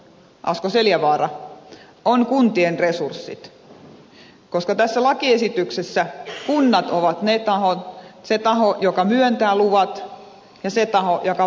asko seljavaara on kuntien resurssit osoitetaanko tähän riittäviä resursseja koska tässä lakiesityksessä kunnat ovat se taho joka myöntää luvat ja se taho joka